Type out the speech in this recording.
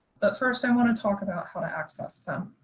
but first i want to talk about how to access them.